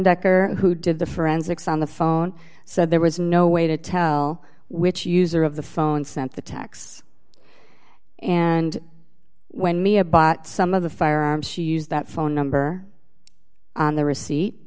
decker who did the forensics on the phone said there was no way to tell which user of the phone sent the tax and when mia bought some of the firearms she used that phone number on the receipt